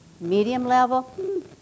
Medium-level